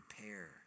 repair